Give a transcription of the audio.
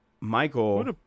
Michael